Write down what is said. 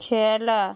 খেলা